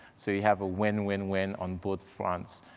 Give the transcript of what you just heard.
so you have a win-win-win on both fronts.